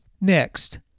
Next